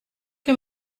que